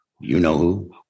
you-know-who